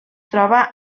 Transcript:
troba